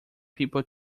people